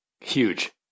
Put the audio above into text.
Huge